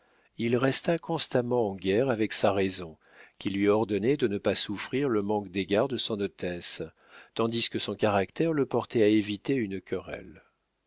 il resta constamment en guerre avec sa raison qui lui ordonnait de ne pas souffrir le manque d'égards de son hôtesse tandis que son caractère le portait à éviter une querelle